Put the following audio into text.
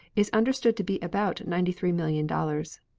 is understood to be about ninety three million dollars.